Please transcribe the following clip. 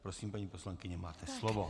Prosím, paní poslankyně, máte slovo.